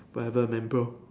whatever man bro